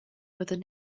fyddwn